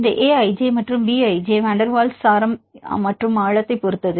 இந்த A i j மற்றும் B i j van der Waals ஆரம் மற்றும் ஆழத்தைப் பொறுத்தது